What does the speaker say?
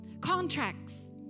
Contracts